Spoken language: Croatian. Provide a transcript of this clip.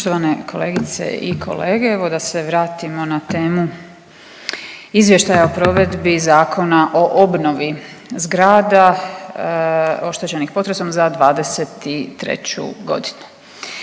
(Centar)** Poštovane kolegice i kolege, evo da se vratimo na temu Izvještaja o provedbi Zakona o obnovi zgrada oštećenih potresom za '23. g.